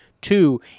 Two